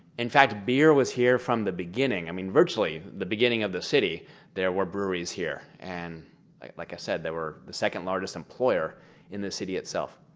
in fact, beer was here from the beginning, i mean virtually the beginning of the city there were breweries here, and like i said, they were the second largest employer in the city itself.